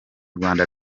rwanda